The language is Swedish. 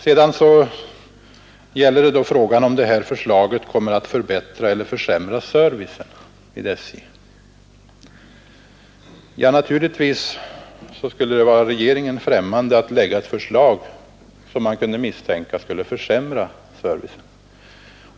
Sedan gäller frågan om det här förslaget kommer att förbättra eller försämra servicen vid SJ. Naturligtvis skulle det vara regeringen främmande att lägga ett förslag som man kunde misstänka skulle försämra servicen.